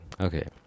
Okay